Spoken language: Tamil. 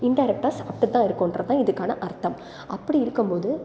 இன்டைரக்டா சாப்பிட்டுட்டு தான் இருக்கோம்ன்றது தான் இதுக்கான அர்த்தம் அப்படி இருக்கும் போது